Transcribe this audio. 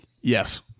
Yes